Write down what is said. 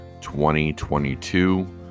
2022